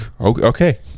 Okay